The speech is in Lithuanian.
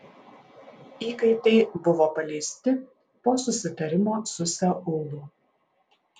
įkaitai buvo paleisti po susitarimo su seulu